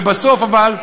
ובסוף אבל,